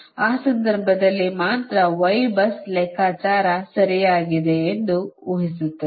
ಆ ಸಂದರ್ಭದಲ್ಲಿ ಮಾತ್ರ Y ಬಸ್ ಲೆಕ್ಕಾಚಾರ ಸರಿಯಾಗಿದೆ ಎಂದು ಊಹಿಸುತ್ತದೆ